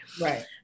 Right